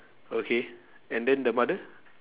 okay and then the mother